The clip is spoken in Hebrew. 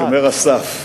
שומר הסף.